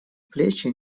плечи